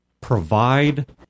provide